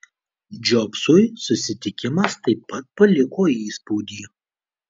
džobsui susitikimas taip pat paliko įspūdį